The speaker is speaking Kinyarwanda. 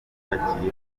bakiri